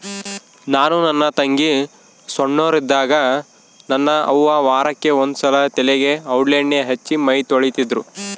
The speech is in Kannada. ನಾನು ನನ್ನ ತಂಗಿ ಸೊಣ್ಣೋರಿದ್ದಾಗ ನನ್ನ ಅವ್ವ ವಾರಕ್ಕೆ ಒಂದ್ಸಲ ತಲೆಗೆ ಔಡ್ಲಣ್ಣೆ ಹಚ್ಚಿ ಮೈತೊಳಿತಿದ್ರು